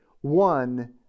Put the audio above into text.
one